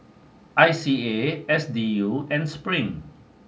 I C A S D U and spring